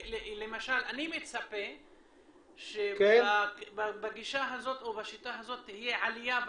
למשל אני מצפה שבגישה הזאת או בשיטה הזאת תהיה עלייה בתלונות,